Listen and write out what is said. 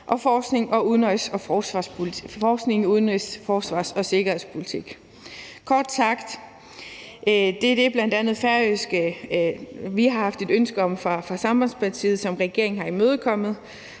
og »Forskning om udenrigs-, forsvars- og sikkerhedspolitik«. Kort sagt: Det er det, vi har haft et ønske om fra Sambandspartiets side, og som regeringen har imødekommet.